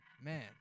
man